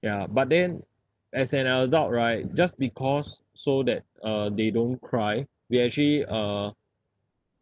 ya but then as an adult right just because so that uh they don't cry we actually uh